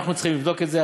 אנחנו צריכים לבדוק את זה.